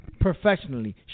professionally